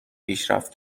پیشرفت